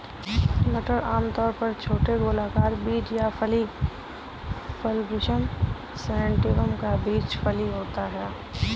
मटर आमतौर पर छोटे गोलाकार बीज या फली फल पिसम सैटिवम का बीज फली होता है